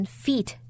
feet